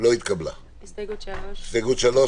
הצבעה ההסתייגות לא אושרה.